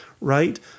right